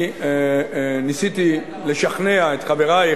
אני ניסיתי לשכנע את חברייך,